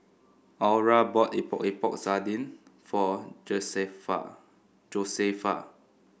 Aura bought Epok Epok Sardin for Josefa